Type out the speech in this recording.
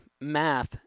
math